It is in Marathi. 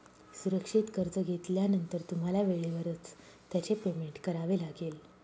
सुरक्षित कर्ज घेतल्यानंतर तुम्हाला वेळेवरच त्याचे पेमेंट करावे लागेल